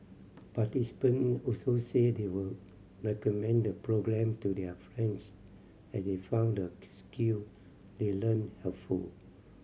participant also said they would recommend the programme to their friends as they found the skill they learnt helpful